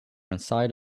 inside